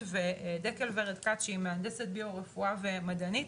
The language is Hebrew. ודקל ורד כץ שהיא מהנדסת ביו רפואה ומדענית,